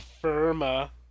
firma